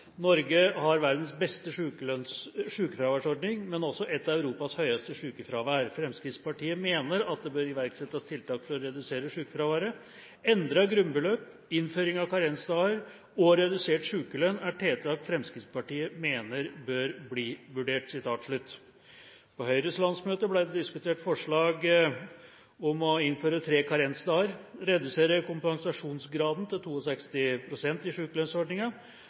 har verdens beste sykefraværsordning, men også et av Europas høyeste sykefravær. Fremskrittspartiet mener at det bør iverksettes tiltak for å redusere sykefraværet. Endret grunnbeløp, innføring av karensdager og redusert sykelønn er tiltak Fremskrittspartiet mener bør bli vurdert.» På Høyres landsmøte ble det diskutert forslag om å innføre tre karensdager og redusere kompensasjonsgraden til 62 pst. i